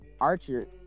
Archer